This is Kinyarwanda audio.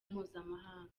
mpuzamahanga